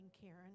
Karen